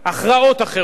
הכרעות אחרות.